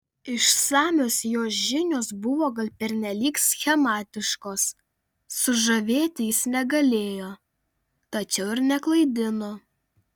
išsamios jo žinios buvo gal pernelyg schematiškos sužavėti jis negalėjo tačiau ir neklaidino